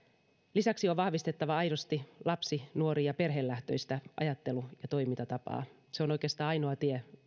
lisäksi on vahvistettava aidosti lapsi nuori ja perhelähtöistä ajattelu ja toimintatapaa se on oikeastaan ainoa tie